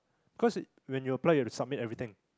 cause it when you apply you to submit everything